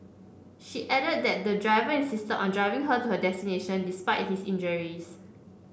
she added that the driver insisted on driving her to her destination despite his injuries